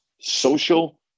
social